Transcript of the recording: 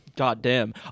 goddamn